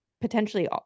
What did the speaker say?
potentially